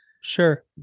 Sure